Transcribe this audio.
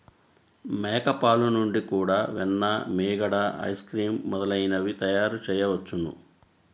మేక పాలు నుండి కూడా వెన్న, మీగడ, ఐస్ క్రీమ్ మొదలైనవి తయారుచేయవచ్చును